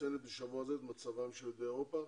מציינת בשבוע זה את מצבם של יהודי אירופה